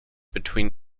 between